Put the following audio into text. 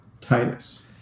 Titus